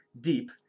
deep